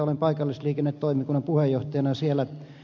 olen paikallisliikennetoimikunnan puheenjohtajana siellä